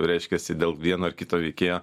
reiškiasi dėl vieno ar kito veikėjo